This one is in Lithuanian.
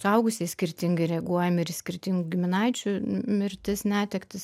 suaugusieji skirtingai reaguojam ir į skirtingų giminaičių mirtis netektis